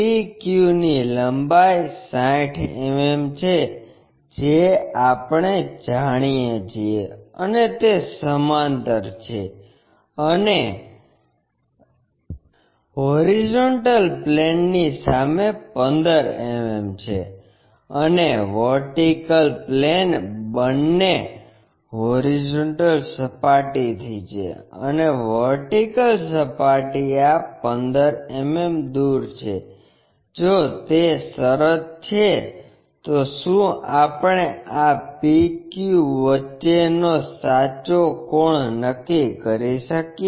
PQ ની લંબાઈ 60 mm છે જે આપણે જાણીએ છીએ અને તે સમાંતર છે અને hp ની સામે 15 mm છે અને vp બંને હોરીઝોન્ટલ સપાટીથી છે અને વર્ટિકલ સપાટી આ 15 mm દૂર છે જો તે શરત છે તો શું આપણે આ PQ વચ્ચેનો સાચો કોણ નક્કી કરી શકીએ